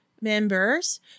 members